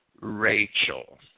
Rachel